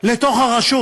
לתוך הרשות.